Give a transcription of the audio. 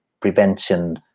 prevention